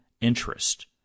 interest